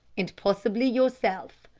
and possibly yourself.